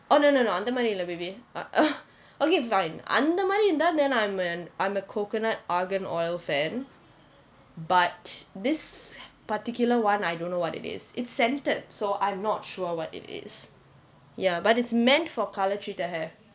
oh no no no அந்த மாதிரி இல்லை:antha maathiri illai baby ah uh okay fine அந்த மாதிரி இருந்தா:antha maathiri irunthaa then I'm an I'm a coconut argan oil fan but this particular [one] I don't know what it is it's scented so I'm not sure what it is ya but it's meant for colour treated hair